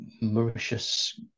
Mauritius